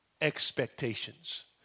expectations